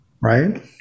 Right